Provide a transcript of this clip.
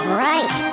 right